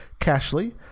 Cashly